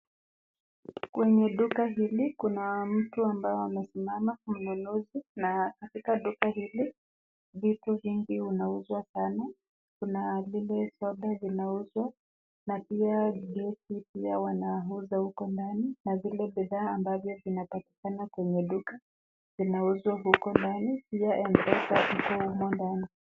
Kwenye duka hili kuna mtu ambaye amesimama mnunuzi na katika duka hili vitu vingi unauzwa sana, kuna zile soda zinauzwa na pia gesi pia wanauza huku ndani na vile bidhaa ambavyo vinapatikana kwenye duka zinauzwa huko ndani pia M-Pesa iko humo ndani .